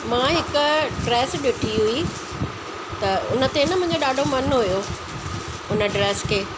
मां हिकु ड्रेस ॾिठी हुई त उन ते न मुंहिंजो ॾाढो मनु हुओ हुन ड्रेस खे